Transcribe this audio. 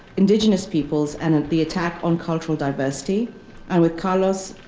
indigenous peoples, and the attack on cultural diversity and, with carlos